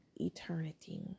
eternity